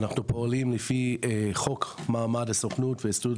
אנחנו פועלים לפי חוק מעמד הסוכנות וההסתדרות